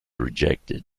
rejected